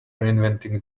reinventing